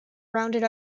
rounded